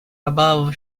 above